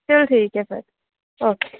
चलो ठीक ऐ फिर ओके